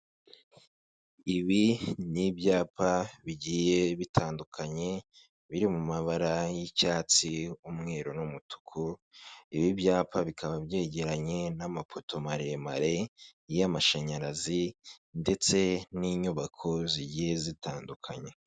Ibi ni ibyapa bigiye bitandukanye biri mu mabara y'icyatsi, umweru n'umutuku, ibi byapa bikaba byegeranye n'amapoto maremare y'amashanyarazi ndetse n'inyubako zigiye zitandukanye.